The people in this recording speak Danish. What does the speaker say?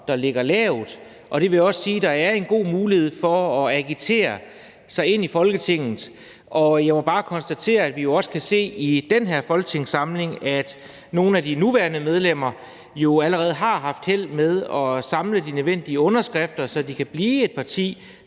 der ligger lavt. Det vil også sige, at der er god mulighed for at agitere sig ind i Folketinget. Jeg må bare konstatere, at vi jo også kan se i den her folketingssamling, at nogle af de nuværende medlemmer allerede har haft held med at samle de nødvendige underskrifter, så de kan blive et parti,